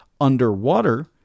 underwater